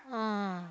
ah